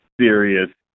serious